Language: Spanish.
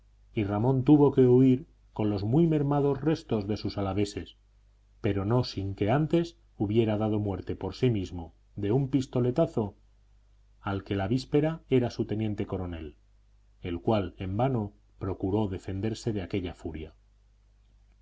y ramón tuvo que huir con los muy mermados restos de sus alaveses pero no sin que antes hubiera dado muerte por sí mismo de un pistoletazo al que la víspera era su teniente coronel el cual en vano procuró defenderse de aquella furia